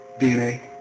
DNA